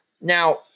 Now